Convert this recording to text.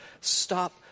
Stop